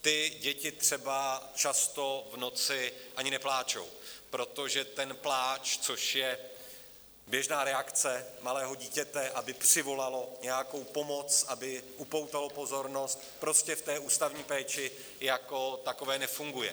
Ty děti třeba často v noci ani nepláčou, protože ten pláč, což je běžná reakce malého dítěte, aby přivolalo nějakou pomoc, aby upoutalo pozornost, prostě v té ústavní péči jako takové nefunguje.